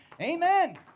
Amen